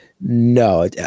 No